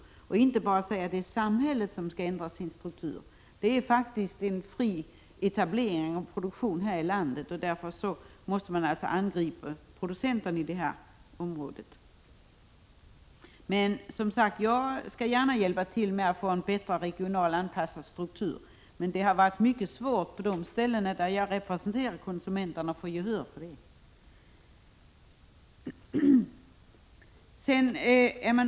Man kan inte bara säga att samhället skall ändra sin struktur. Det är faktiskt fri etablering av produktion här i landet. Man måste angripa producenterna på detta område. Men jag skall gärna hjälpa till att få en regionalt bättre anpassad struktur, även om det är mycket svårt på de ställen där jag representerar konsumenterna att få gehör för detta.